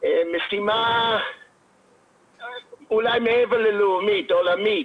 משימה אולי מעבר ללאומית, משימה עולמית.